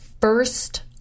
first